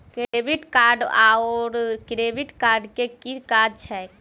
Debit card आओर credit card केँ की काज छैक?